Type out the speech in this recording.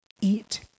eat